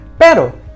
pero